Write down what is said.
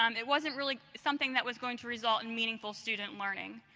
um it wasn't really something that was going to result in meaningful student learning.